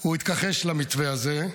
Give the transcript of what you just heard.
הוא התכחש למתווה הזה,